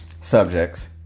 subjects